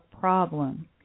problem